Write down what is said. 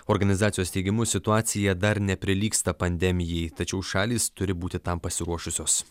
organizacijos teigimu situacija dar neprilygsta pandemijai tačiau šalys turi būti tam pasiruošusios